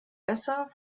besser